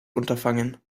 unterfangen